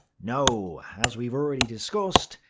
no, as we've already discussed,